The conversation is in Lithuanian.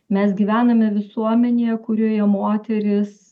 mes gyvename visuomenėje kurioje moterys